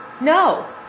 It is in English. No